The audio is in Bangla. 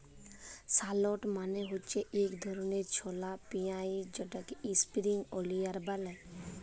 শালট মালে হছে ইক ধরলের ছলা পিয়াঁইজ যেটাকে ইস্প্রিং অলিয়াল ব্যলে